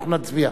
אנחנו נצביע.